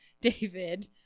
David